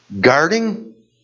Guarding